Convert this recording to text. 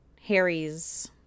Harry's